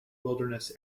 wilderness